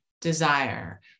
desire